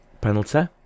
penalty